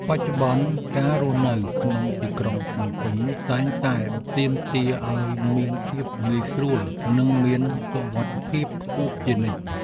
បច្ចុប្បន្ន ការរស់នៅក្នុងទីក្រុងភ្នំពេញតែងតែទាមទារឱ្យមានភាពងាយស្រួលនិងមានសុវត្ថិភាពខ្ពស់ជានិច្ច។